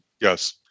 Yes